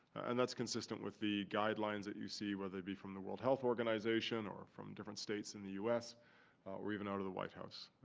and that's consistent with the guidelines that you see, whether it be from the world health organization or from different states in the us or even out of the white house.